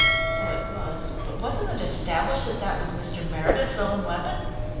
so it was, but wasn't it established that that was mr. meredith's own weapon?